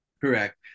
Correct